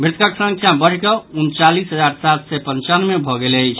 मृतकक संख्या बढ़ि कऽ उनचालीस हजार सात सय पंचानवे भऽ गेल अछि